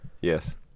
yes